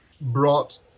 brought